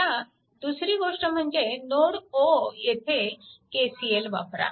आता दुसरी गोष्ट म्हणजे नोड O येथे KCL वापरा